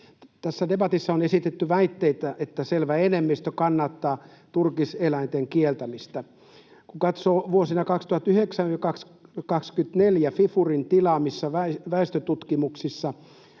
Tässä debatissa on esitetty väitteitä, että selvä enemmistö kannattaa turkiseläinten kieltämistä. Vuosina 2009—2024 FIFURin tilaamissa väestötutkimuksissa